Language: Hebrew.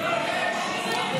הידיים.